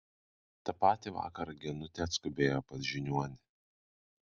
tą patį vakarą genutė atskubėjo pas žiniuonį